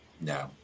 no